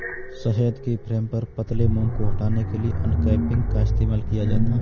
शहद के फ्रेम पर पतले मोम को हटाने के लिए अनकैपिंग का इस्तेमाल किया जाता है